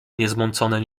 niezmącone